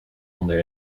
onder